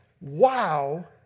wow